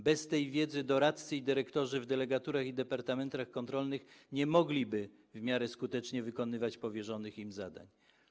Bez tej wiedzy doradcy i dyrektorzy w delegaturach i departamentach kontrolnych nie mogliby w miarę skutecznie wykonywać powierzonych im zadań.